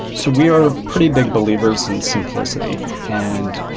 so we are pretty big believers in simplicity. and,